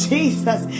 Jesus